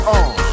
on